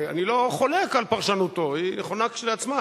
אני לא חולק על פרשנותו, היא נכונה כשלעצמה.